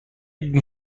گرده